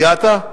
הגעת?